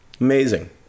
amazing